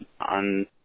on